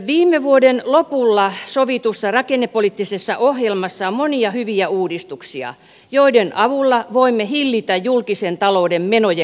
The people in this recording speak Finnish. viime vuoden lopulla sovitussa rakennepoliittisessa ohjelmassa on monia hyviä uudistuksia joiden avulla voimme hillitä julkisen talouden menojen kasvua